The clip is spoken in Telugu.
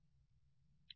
విద్యార్థి అనేక అంచులు